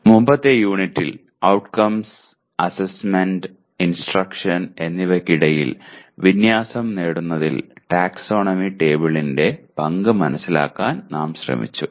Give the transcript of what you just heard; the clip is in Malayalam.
മുമ്പത്തെ യൂണിറ്റിൽ ഔട്ട്കംസ് അസ്സെസ്സ്മെന്റ് ഇൻസ്ട്രക്ഷൻ എന്നിവയ്ക്കിടയിൽ വിന്യാസം നേടുന്നതിൽ ടാക്സോണമി ടേബിളിന്റെ പങ്ക് മനസിലാക്കാൻ നാം ശ്രമിച്ചു